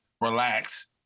Relax